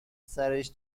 سرش